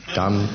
done